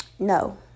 No